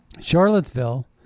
Charlottesville